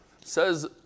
Says